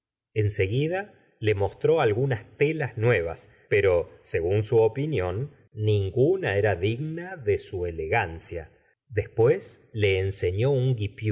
seguida le mostró algunas telas nuevas pero según su opinión ninguna era di gna de su elegancia después le enseñó un g